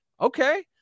okay